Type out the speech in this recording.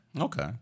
Okay